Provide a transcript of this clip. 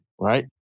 Right